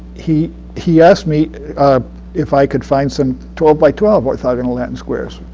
he he asked me if i could find some twelve by twelve orthogonal latin squares.